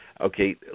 okay